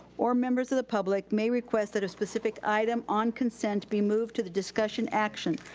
or members of the public may request that a specific item on concent be moved to the discussion action.